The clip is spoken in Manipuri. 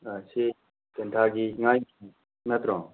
ꯁꯤ ꯇꯦꯟꯊꯥꯒꯤ ꯉꯥꯒꯤ ꯅꯠꯇ꯭ꯔꯣ